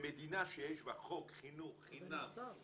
במדינה שיש בה חוק חינוך חינם --- זה בנוסף.